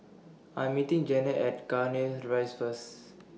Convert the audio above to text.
I'm meeting Janet At Cairnhill Rise First